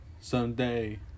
Someday